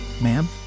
ma'am